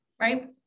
right